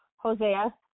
Hosea